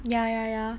ya ya ya